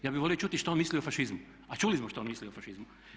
Ja bih volio čuti što on misli o fašizmu, a čuli smo što misli o fašizmu.